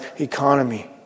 economy